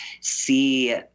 see